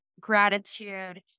gratitude